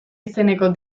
izeneko